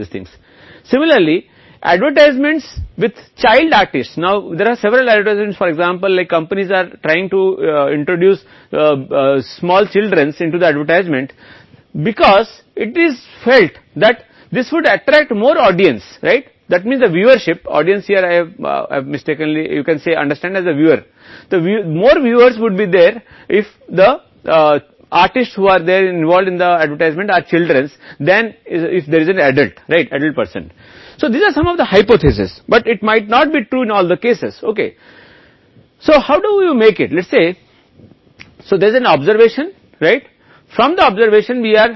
इसी तरह बाल कलाकार के विज्ञापन अब उदाहरण के लिए कई विज्ञापन हैं कंपनियां छोटे बच्चों को विज्ञापन में लाने की कोशिश कर रही हैं क्योंकि ऐसा महसूस किया जाता है यह अधिक श्रोताओं को आकर्षित करेगा जिसका अर्थ है कि यहां दर्शकों की संख्या मेरे द्वारा गलत है आप एक दर्शक के रूप में समझ सकते हैं कि अधिक दर्शक वहां होंगे यदि कलाकार वहां हैंविज्ञापन में शामिल बच्चे हैं अगर कोई वयस्क सही वयस्क व्यक्ति है तो ये परिकल्पना हैं